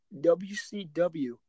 WCW